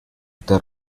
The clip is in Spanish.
entre